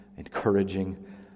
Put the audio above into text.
encouraging